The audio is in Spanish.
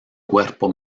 cuerpo